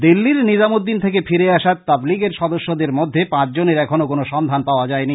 দিল্লীর নিজামুদ্দিন থেকে ফিরে আসা তবলিগের সদস্যদের মধ্যে পাঁচ জনের এখনো কোন সন্ধান পাওয়া যায় নি